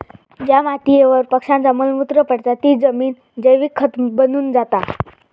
ज्या मातीयेवर पक्ष्यांचा मल मूत्र पडता ती जमिन जैविक खत बनून जाता